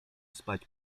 spać